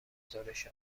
گزارش